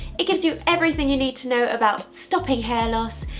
it gives you everything you need to know about stopping hair loss,